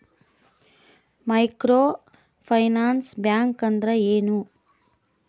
Micro finance bank ಅಂದ್ರ ಏನು?